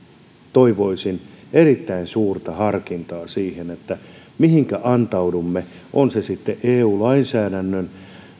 toivoisin erittäin suurta harkintaa siihen mihinkä antaudumme on se sitten eu lainsäädännön